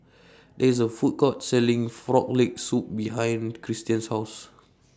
There IS A Food Court Selling Frog Leg Soup behind Christian's House